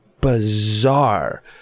bizarre